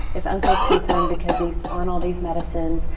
if uncle is concerned because he's on all these medicines,